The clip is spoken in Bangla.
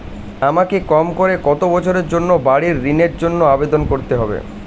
আমাকে কম করে কতো বছরের জন্য বাড়ীর ঋণের জন্য আবেদন করতে হবে?